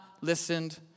listened